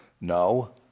No